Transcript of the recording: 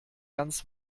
ganz